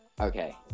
Okay